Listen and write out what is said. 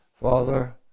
Father